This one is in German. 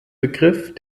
begriff